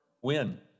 win